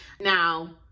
Now